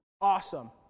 Awesome